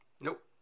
Nope